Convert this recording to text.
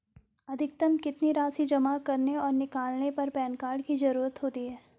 अधिकतम कितनी राशि जमा करने और निकालने पर पैन कार्ड की ज़रूरत होती है?